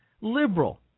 liberal